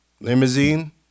Limousine